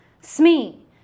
Smee